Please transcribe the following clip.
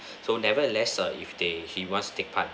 so never at least err if they he wants to take part the